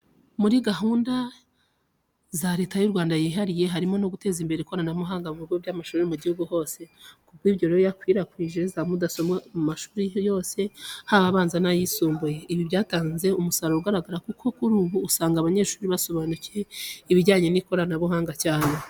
Muri gahunda Leta y'u Rwanda yihaye harimo no guteza imbere ikoranabuhanga mu bigo by'amashuri mu gihugu hose. Ku bw'ibyo rero yakwirakwije za mudasobwa mu mashuri yose haba abanza n'ayisumbuye. Ibi byatanze umusaruro ugaragara, kuko kuri ubu usanga abanyeshuri basobanukiwe ibijyanye n'ikoranabuhanga cyane.